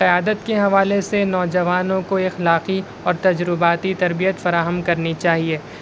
قیادت کے حوالے سے نوجوانوں کو اخلاقی اور تجرباتی تربیت فراہم کرنی چاہیے